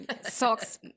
Socks